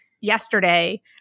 yesterday